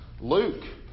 Luke